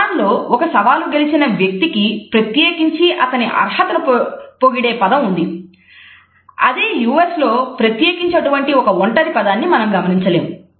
జపాన్లో లో ప్రత్యేకించి అటువంటి ఒక ఒంటరి పదాన్ని మనం గమనించలేము